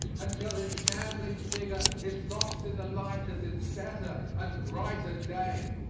until his shambling figure is lost in the light of this better and brighter day.